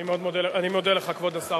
אני מאוד מודה לך, כבוד השר.